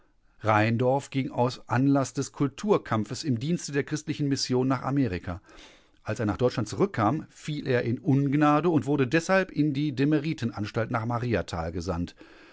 rheindorf ging aus anlaß des kulturkampfes im dienste der christlichen mission nach amerika als er nach deutschland zurückkam fiel er in ungnade und wurde deshalb in die demeritenanstalt nach mariathal gesandt